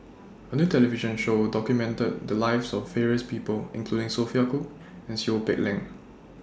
A New television Show documented The Lives of various People including Sophia Cooke and Seow Peck Leng